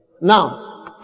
Now